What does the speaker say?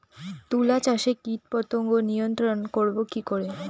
তুলা চাষে কীটপতঙ্গ নিয়ন্ত্রণর করব কি করে?